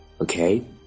Okay